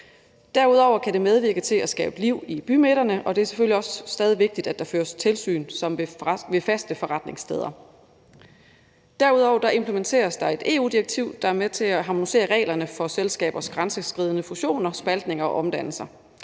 Derudover kan det medvirke til at skabe liv i bymidterne, og det er selvfølgelig stadig vigtigt, at der føres tilsyn som ved faste forretningssteder. Derudover implementeres der et EU-direktiv, der er med til at harmonisere reglerne for selskabers grænseoverskridende fusioner, spaltninger og omdannelser.